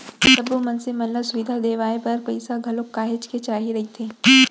सब्बो मनसे मन ल सुबिधा देवाय बर पइसा घलोक काहेच के चाही रहिथे